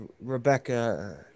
Rebecca